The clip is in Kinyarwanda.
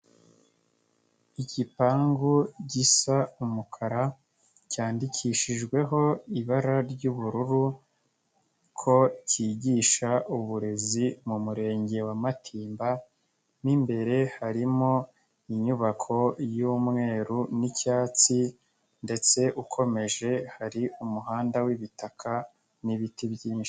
Igipangu gisa umukara, cyandikishijweho ibara ry'ubururu ko cyigisha uburezi mu Murenge wa Matimba n'imbere harimo inyubako y'umweru n'icyatsi ndetse ukomeje hari umuhanda w'ibitaka n'ibiti byinshi.